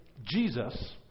Jesus